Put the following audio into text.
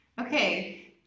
Okay